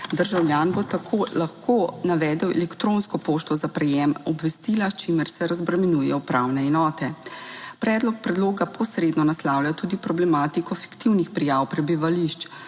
Državljan bo lahko navedel elektronsko pošto za prejem obvestila, s čimer se razbremenjuje upravne enote. Predlog predloga posredno naslavlja tudi problematiko fiktivnih prijav prebivališč.